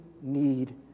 need